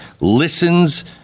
listens